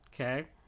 Okay